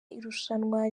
irushanwa